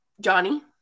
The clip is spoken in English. johnny